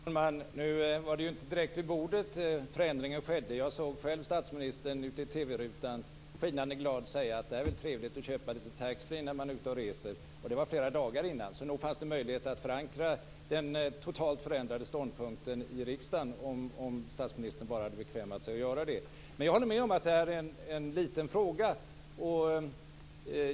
Fru talman! Nu var det inte direkt vid bordet förändringen skedde. Jag såg själv statsministern i TV rutan skinande glad säga att det är trevligt att kunna köpa lite taxfree när man är ute och reser. Det var flera dagar innan, så nog fanns det möjlighet att förankra den totalt förändrade ståndpunkten i riksdagen om statsministern bara hade bekvämat sig att göra det. Men jag håller med om att det är en liten fråga.